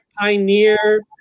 pioneer